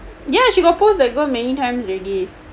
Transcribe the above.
ya she got post that girl many times already